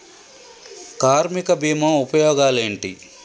కార్మిక బీమా ఉపయోగాలేంటి?